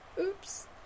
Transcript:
Oops